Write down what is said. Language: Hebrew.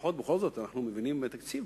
לפחות בכל זאת אנחנו מבינים בתקציב,